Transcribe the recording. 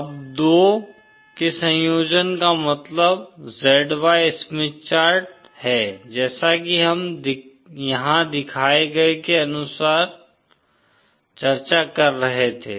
अब 2 के संयोजन का मतलब Z Y स्मिथ चार्ट है जैसा कि हम यहां दिखाए गए के अनुसार चर्चा कर रहे थे